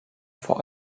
vor